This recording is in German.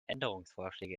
änderungsvorschläge